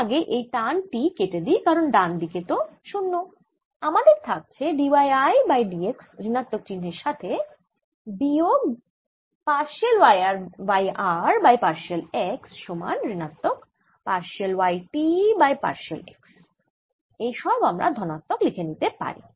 তার আগে এই টান T কেটে দিই কারণ ডান দিকে তো 0আমাদের থাকছে d y I by d x ঋণাত্মক চিহ্নের সাথে বিয়োগ partial y r by partial x সমান ঋণাত্মক partial y t by partial x এই সব আমরা ধনাত্মক লিখে নিতে পারি